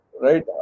Right